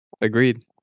agreed